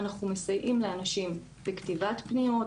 אנחנו מסייעים לאנשים בכתיבת פניות,